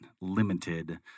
limited